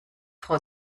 frau